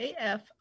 AF